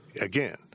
again